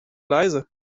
leise